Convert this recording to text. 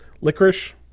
licorice